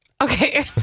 Okay